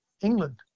England